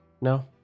No